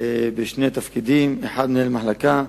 שבה שני תפקידים: האחד, מנהל מחלקה,